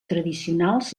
tradicionals